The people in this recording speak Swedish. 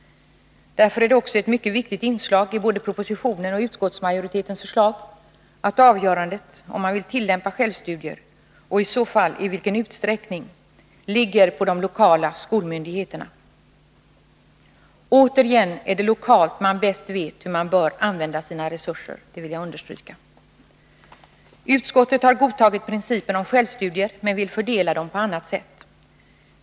Därför är det också ett mycket viktigt inslag i både propositionen och utskottsmajoritetens förslag, att avgörandet om man vill tillämpa självstudier, och i så fall i vilken utsträckning, ligger på de lokala skolmyndigheterna. Det är lokalt man bäst vet hur man bör använda sina resurser, det vill jag återigen understryka. Utskottet har godtagit principen om självstudier men vill fördela dem på annat sätt.